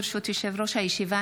ברשות יושב-ראש הישיבה,